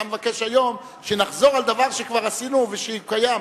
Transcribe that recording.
אתה מבקש היום שנחזור על דבר שכבר עשינו והוא קיים.